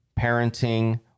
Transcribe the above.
parenting